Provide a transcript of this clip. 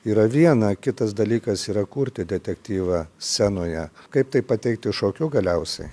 yra viena kitas dalykas yra kurti detektyvą scenoje kaip tai pateikti šokiu galiausiai